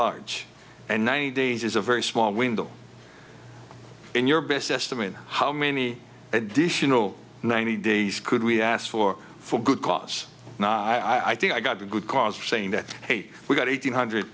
large and ninety days is a very small window in your best estimate how many additional ninety days could we ask for for good cause i think i've got a good cause for saying that hey we got eight hundred